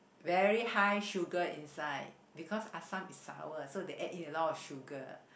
very high sugar inside because assam is sour so they add in a lot of sugar